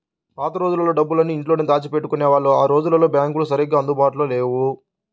పాత రోజుల్లో డబ్బులన్నీ ఇంట్లోనే దాచిపెట్టుకునేవాళ్ళు ఆ రోజుల్లో బ్యాంకులు సరిగ్గా అందుబాటులో లేవు